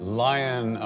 lion